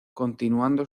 continuando